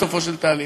בסופו של תהליך,